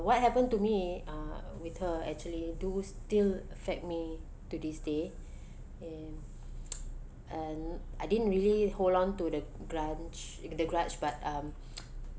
what happen to me uh with her actually do still affect me to this day and and I didn't really hold on to the grunge the grudge but um